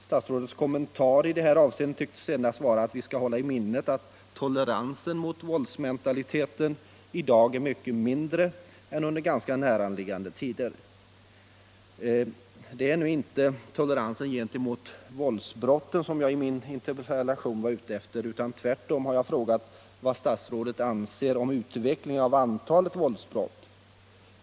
Statsrådets kommentar i detta avseende tycks enbart vara att vi skall hålla i minnet att toleransen mot våldsmentaliteten i dag är mycket mindre än under ganska näraliggande tider. Det är ju inte toleransen gentemot våldsbrotten som jag i min interpellation har varit ute efter, utan tvärtemot har jag frågat vad statsrådet anser om utvecklingen av antalet våldsbrott.